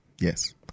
Yes